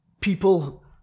people